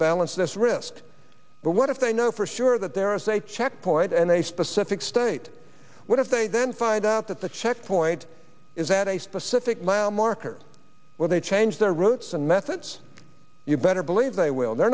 balance this wrist but what if they know for sure that there is a checkpoint and a specific state what if they then find out that the checkpoint is at a specific mile markers will they change their routes and methods you better believe they will they're